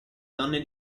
donne